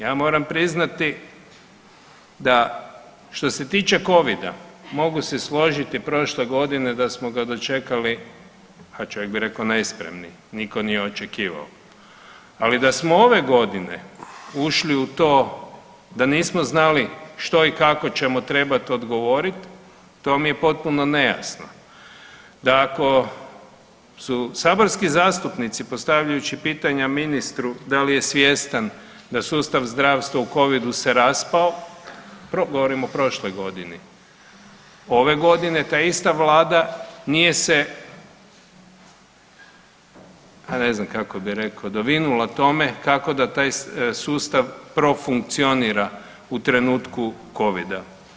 Ja moram priznati da što se tiče covida mogu se složiti prošle godine da smo ga dočekali, ha čovjek bi rekao nespremni, niko nije očekivao, ali da smo ove godine ušli u to da nismo znali što i kako ćemo trebat odgovorit, to mi je potpuno nejasno, da ako su saborski zastupnici postavljajući pitanja ministru da li je svjestan da sustav zdravstva u covidu se raspao, govorim o prošloj godini, ove godine ta ista vlada nije se, a ne znam kako bi rekao dovinula tome kako da taj sustav profunkcionira u trenutku covida.